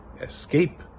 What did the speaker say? escape